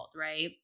right